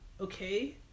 Okay